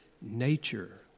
nature